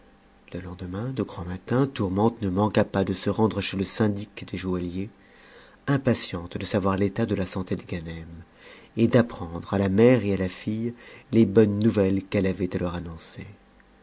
le lendemain de grand matin tourmente ne manqua pas de se rendre chez le syndic des joailliers impatiente de savoir l'état de a santé de ganem et d'apprendre à la mère et à la fille les bonnes nouvelles qu'elle avait à leur annoncer